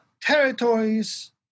territories